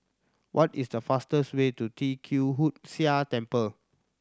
what is the fastest way to Tee Kwee Hood Sia Temple